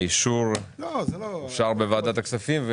האישור אושר בוועדת הכספים,